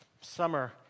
summer